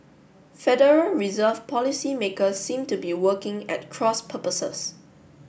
Federal Reserve policymakers seem to be working at cross purposes